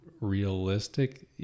realistic